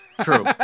True